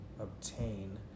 obtain